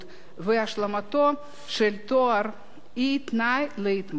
והשלמתו של התואר היא תנאי להתמחות,